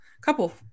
couple